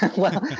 well,